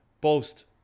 post